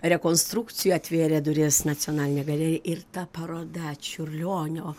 rekonstrukcijų atvėrė duris nacionalinė galerija ir ta paroda čiurlionio